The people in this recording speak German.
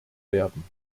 werden